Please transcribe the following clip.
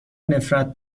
نفرت